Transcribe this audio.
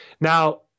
Now